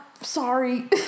sorry